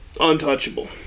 Untouchable